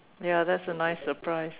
ya that's a nice surprise